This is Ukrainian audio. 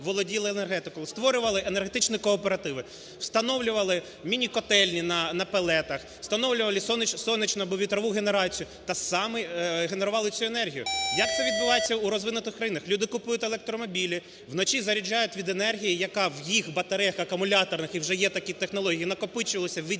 володіли енергетикою, створювали енергетичні кооперативи, встановлювати міні-котельні напелетах, встановлювали сонячну або вітрову генерацію та самі генерували цю енергію, як це відбувається у розвинутих країнах. Люди купують електромобілі, вночі заряджають від енергії, яка в їх батареях акумуляторних, і вже є такі технології, накопичилася від